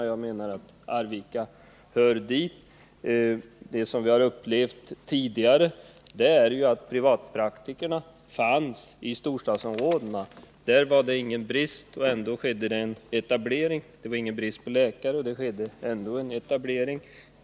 Och jag menar att Arvika ligger utanför storstadsområdena. Vad vi upplevt tidigare är ju att privatpraktikerna fanns i storstadsområdena. Där var det inte någon brist på läkare, men det förekom likväl en 115 privatpraktikeretablering.